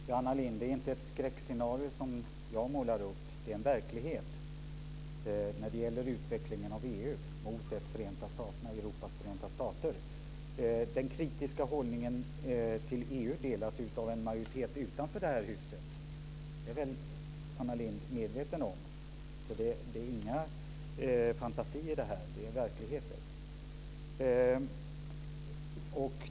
Fru talman! Det är inte ett skräckscenario som jag målar upp när det gäller utvecklingen av EU mot ett Europas förenta stater, Anna Lindh. Det är en verklighet. Den kritiska hållningen till EU delas av en majoritet utanför det här huset. Det är väl Anna Lindh medveten om? Detta är inga fantasier. Det är verkligheten.